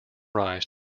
rise